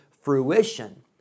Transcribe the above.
fruition